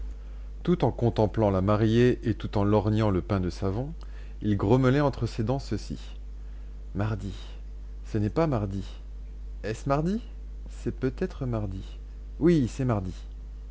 tout en contemplant la mariée et tout en lorgnant le pain de savon il grommelait entre ces dents ceci mardi ce n'est pas mardi est-ce mardi c'est peut-être mardi oui c'est mardi